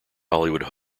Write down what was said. hollywood